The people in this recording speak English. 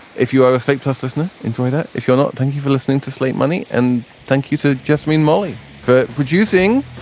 if you are a slate plus listener, enjoy. if you're not. thank you for listening to slate money. and thank you to just mean molly for producing.